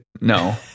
No